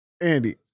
Andy